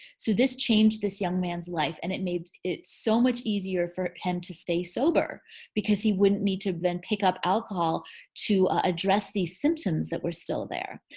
so this changed this young man's life and it made it so much easier for him to stay sober because he wouldn't need to then pick up alcohol to address these symptoms that were still there.